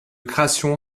création